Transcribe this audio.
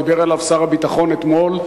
דיבר עליו שר הביטחון אתמול,